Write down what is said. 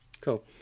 cool